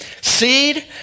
seed